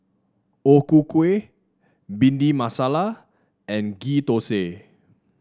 O Ku Kueh Bhindi Masala and Ghee Thosai